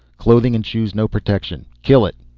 clothing and shoes no protection. kill it.